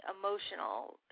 emotional